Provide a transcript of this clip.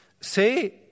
say